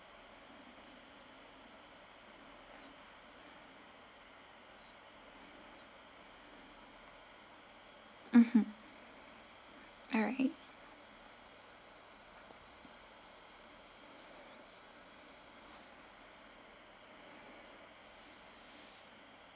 mmhmm alright